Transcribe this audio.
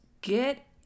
get